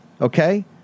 Okay